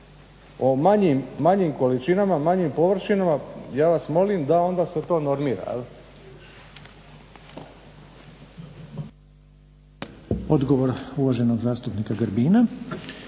o manjim količinama, o manjim površinama, ja vas molim da onda se to normira.